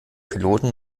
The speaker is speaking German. piloten